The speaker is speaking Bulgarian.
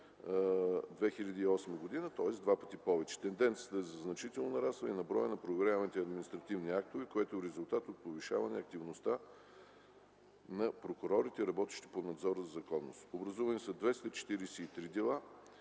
2008 г., тоест два пъти повече. Тенденцията е за значително нарастване на броя на проверяваните административни актове, което е резултат от повишаване активността на прокурорите, работещи по надзора за законност. Образувани са 243 бр.